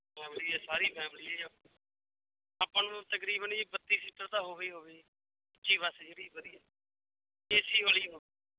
family ਆ ਸਾਰੀ family ਆ ਜੀ ਆ ਆਪਾਂ ਨੂੰ ਤਕਰੀਬਨ ਜੀ ਬੱਤੀ ਸੀਟਾਂ ਤਾਂ ਹੋਵੇ ਹੀ ਹੋਵੇ ਜੀ ਉੱਚੀ ਬਸ ਜਿਹੜੀ ਵਧੀਆ ਏ ਸੀ ਵਾਲੀ ਹੋ